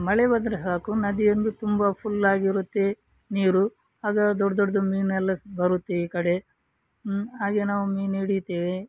ಮಳೆ ಬಂದರೆ ಸಾಕು ನದಿಯೊಂದು ತುಂಬ ಫುಲ್ಲಾಗಿರುತ್ತೆ ನೀರು ಆಗ ದೊಡ್ಡ ದೊಡ್ಡದು ಮೀನೆಲ್ಲ ಬರುತ್ತೆ ಈ ಕಡೆ ಹಾಗೆಯೇ ನಾವು ಮೀನು ಹಿಡಿತೇವೆ